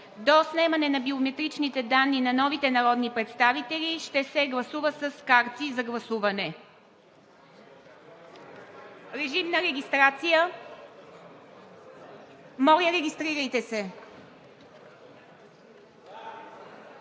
До снемане на биометричните данни на новите народни представители ще се гласува с карти за гласуване. Моля, регистрирайте се.